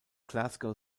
glasgow